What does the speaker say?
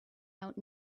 out